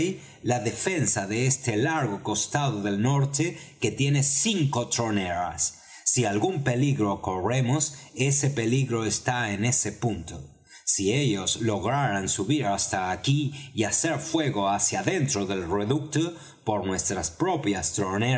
la defensa de este largo costado del norte que tiene cinco troneras si algún peligro corremos ese peligro está en ese punto si ellos lograran subir hasta aquí y hacer fuego hacia adentro del reducto por nuestras propias